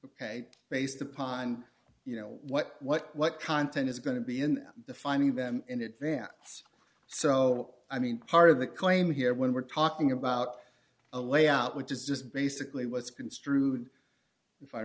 pay based upon you know what what what content is going to be in finding them in advance so i mean part of the claim here when we're talking about a layout which is just basically was construed if i